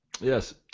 Yes